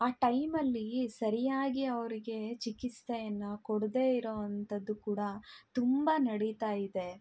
ಆ ಟೈಮಲ್ಲಿ ಸರಿಯಾಗಿ ಅವರಿಗೆ ಚಿಕಿತ್ಸೆಯನ್ನ ಕೊಡದೇ ಇರೋಂಥದ್ದು ಕೂಡ ತುಂಬ ನಡಿತಾಯಿದೆ